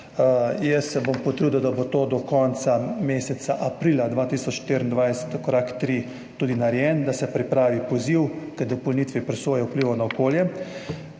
se bom potrudil, da bo ta korak tri do konca meseca aprila 2024 tudi narejen, da se pripravi poziv k dopolnitvi presoje vplivov na okolje.